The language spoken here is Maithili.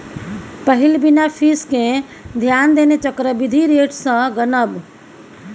पहिल बिना फीस केँ ध्यान देने चक्रबृद्धि रेट सँ गनब